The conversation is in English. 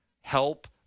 help